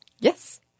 Yes